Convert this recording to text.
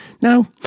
now